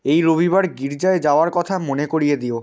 এই রবিবার গির্জায় যাওয়ার কথা মনে করিয়ে দিও